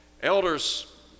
Elders